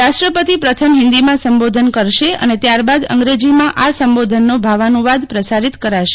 રાષ્ટ્રપતિ પ્રથમ હિંદીમાં સંબોધન કરશે અને ત્યારબાદ અંગ્રેજીમાં આ સંબોધનનો ભાવાનુંવાદ પ્રસારિત કરાશે